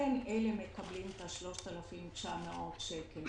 ולכן אלה מקבלים את ה-3,900 שקלים.